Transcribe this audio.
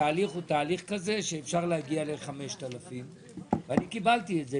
שהתהליך הוא תהליך כזה שאפשר להגיע ל-5,000 ואני קיבלתי את זה,